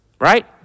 right